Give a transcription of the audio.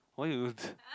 why you use